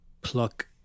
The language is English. pluck